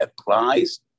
applies